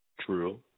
True